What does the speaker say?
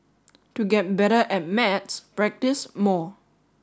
to get better at maths practise more